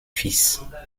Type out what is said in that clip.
fils